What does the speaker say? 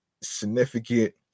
significant